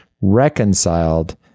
reconciled